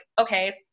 okay